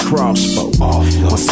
Crossbow